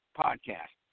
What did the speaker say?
podcast